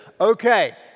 Okay